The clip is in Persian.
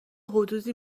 حدودی